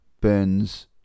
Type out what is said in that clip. burns